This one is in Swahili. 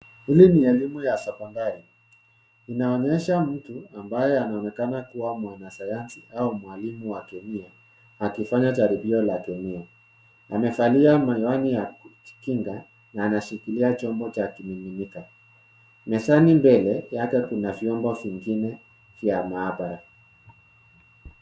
Hili ni elimu ya sekondari. Inaonyesha mtu ambaye anaonekana kuwa mwanasayansi au mwalimu wa kemia akifanya jaribio la kemia. Amevalia miwani ya kinga na anashikilia chombo cha kimiminika. Mezani mbele yake kuna vyombo vingine vya maabara.